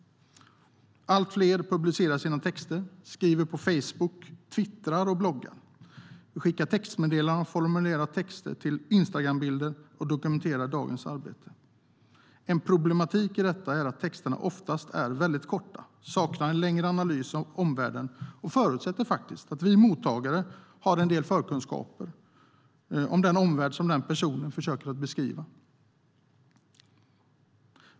Allt fler publicerar sina texter, skriver på Facebook, twittrar och bloggar. Vi skickar textmeddelanden, formulerar texter till Instagrambilder och dokumenterar dagens arbete. En problematik i detta är att texterna oftast är väldigt korta och saknar en längre analys av omvärlden och faktiskt förutsätter att vi mottagare har en del förkunskaper om den omvärld som personer beskriver.